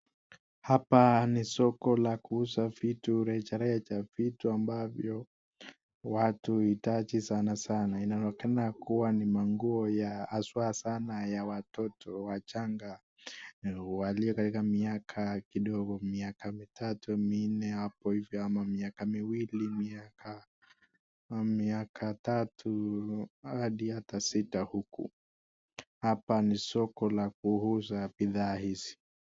Hapa ni soko la kuuza vitu rejareja vitu ambavyo watu huitaji sana sana na inaonekana kuwa ni manguo haswa sana ya watoto wachanga walio na miaka midogo kama mitatu mnne hapo ama miaka miwili miaka tatu au hadi sita huko. Hapa ni soko la kuuza bidhaa hizi.